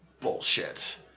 bullshit